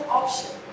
option